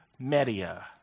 media